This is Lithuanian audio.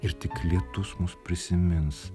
ir tik lietus mus prisimins